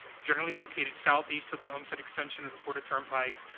generally located southeast of the homestead extension of the florida turnpike,